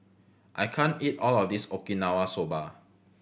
I can't eat all of this Okinawa Soba